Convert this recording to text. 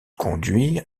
conduire